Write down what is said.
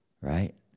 right